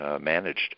managed